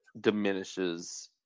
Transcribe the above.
diminishes